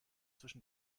zwischen